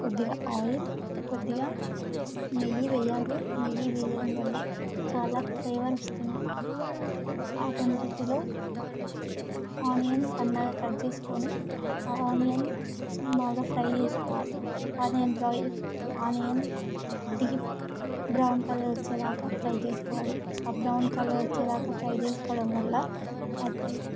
కొద్దిగా ఆయిల్ కొద్దిగా నెయ్యి వేయాలి నెయ్యి వేయడం వల్ల చాలా ఫ్లేవర్ వస్తుంది ఆ రెండింటిలో ఆనియన్స్ సన్నగా కట్ చేసుకొని ఆనియన్ బాగా ఫ్రై చేసుకోవాలి onion fry onion deep brown colour వచ్చేదాకా ఫ్రై చేసుకోవాలి ఆ బ్రౌన్ కలర్ వచ్చేదాకా ఫ్రై చేసుకోవడం వలన అది